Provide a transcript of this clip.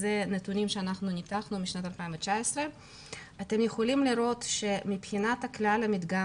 אלה נתונים שאנחנו ניתחנו משנת 2019. אתם יכולים לראות שמבחינת כלל המדגם,